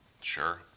Sure